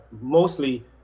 mostly